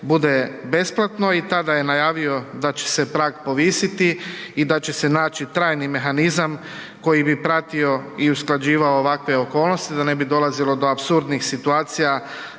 bude besplatno i tada je najavio da će se prag povisiti i da će se naći trajni mehanizam koji bi pratio i usklađivao ovakve okolnosti, da ne bi dolazilo do apsurdnih situacija